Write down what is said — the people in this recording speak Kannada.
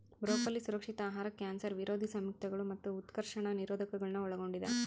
ಬ್ರೊಕೊಲಿ ಸುರಕ್ಷಿತ ಆಹಾರ ಕ್ಯಾನ್ಸರ್ ವಿರೋಧಿ ಸಂಯುಕ್ತಗಳು ಮತ್ತು ಉತ್ಕರ್ಷಣ ನಿರೋಧಕಗುಳ್ನ ಒಳಗೊಂಡಿದ